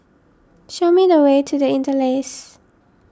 show me the way to the Interlace